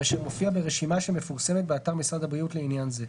ואשר מופיע ברשימה שמפורסמת באתר משרד הבריאות לעניין זה,